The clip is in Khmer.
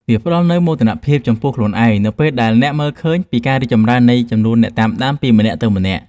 វាផ្តល់នូវមោទនភាពចំពោះខ្លួនឯងនៅពេលដែលអ្នកមើលឃើញពីការរីកចម្រើននៃចំនួនអ្នកតាមដានពីម្នាក់ទៅម្នាក់។